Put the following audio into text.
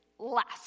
Last